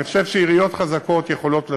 אני חושב שעיריות חזקות יכולות לשאת.